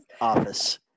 Office